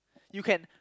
you can